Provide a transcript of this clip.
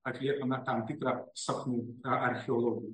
atliekame tam tikrą sapnų archeologiją